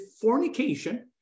fornication